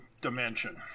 dimension